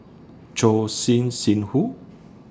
Choor Singh Sidhu